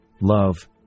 love